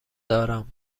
دارم